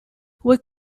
what